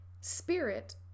spirit